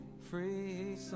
free